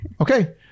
Okay